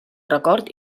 record